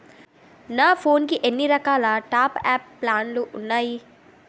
నా ఫోన్ కి ఎన్ని రకాల టాప్ అప్ ప్లాన్లు ఉన్నాయి?